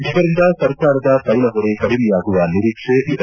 ಇದರಿಂದ ಸರ್ಕಾರದ ತೈಲ ಹೊರೆ ಕಡಿಮೆಯಾಗುವ ನಿರೀಕ್ಷೆ ಇದೆ